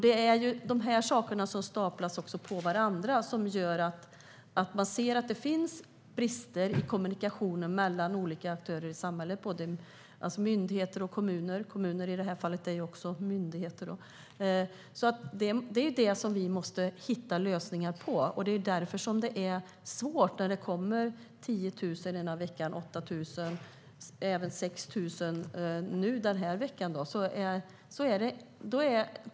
De här sakerna staplas på varandra. Det gör att man ser att det finns brister i kommunikationen mellan olika aktörer i samhället. Det gäller både myndigheter och kommuner. Kommuner är i det här fallet också myndigheter. Det är detta som vi måste hitta lösningar på. Det är svårt när det kommer 10 000 ena veckan eller 8 000. Den här veckan var det 6 000.